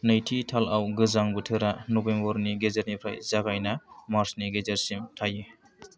नैथि तालाव गोजां बोथोरा नबेम्बरनि गेजेरनिफ्राय जागायना मार्चनि गेजेरसिम थायो